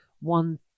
one